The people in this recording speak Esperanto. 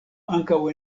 ankaŭ